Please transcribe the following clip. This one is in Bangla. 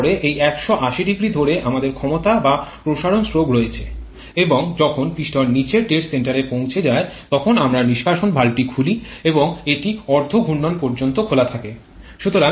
তারপরে এই ১৮০0 ধরে আমাদের ক্ষমতা বা প্রসারণ স্ট্রোক রয়েছে এবং যখন পিস্টন নীচের ডেড সেন্টারে পৌঁছে যায় তখন আমরা নিষ্কাশন ভালভটি খুলি এবং এটি অর্ধ ঘূর্ণন পর্যন্ত খোলা থাকে